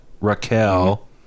Raquel